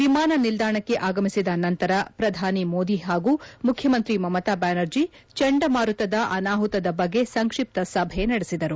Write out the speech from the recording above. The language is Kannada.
ವಿಮಾನ ನಿಲ್ದಾಣಕ್ಕೆ ಆಗಮಿಸಿದ ನಂತರ ಶ್ರಧಾನಿ ಮೋದಿ ಹಾಗೂ ಮುಖ್ಯಮಂತ್ರಿ ಮಮತಾ ಬ್ದಾನರ್ಜಿ ಚಂಡಮಾರುತದ ಅನಾಹುತದ ಬಗ್ಗೆ ಸಂಕ್ಷಿಪ್ತ ಸಭೆ ನಡೆಸಿದರು